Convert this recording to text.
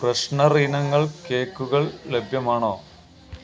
freshener ഇനങ്ങൾ കേക്കുകൾ ലഭ്യമാണോ